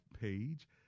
page